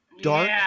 dark